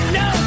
no